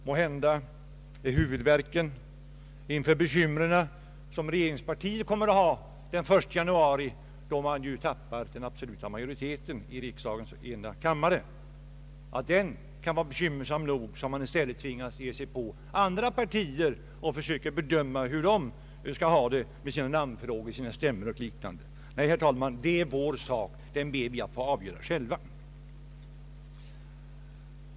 Måhända kan huvudvärken inom regeringspartiet inför de bekymmer man kommer att ha efter den 1 januari då man ju tappar den absoluta majoriteten i riksdagens enda kammare vara besvärlig nog. Därför har man tvingats ge sig på andra partier och försöka bedöma hur de skall ha det med sina namnfrågor, stämmor och liknande. Nej, herr talman, detta är vår sak, och den ber vi att få avgöra själva.